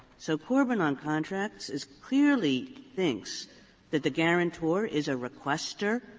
so corbin on contracts is clearly thinks that the guarantor is a requestor,